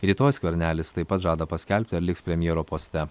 rytoj skvernelis taip pat žada paskelbti ar liks premjero poste